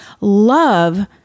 love